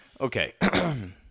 Okay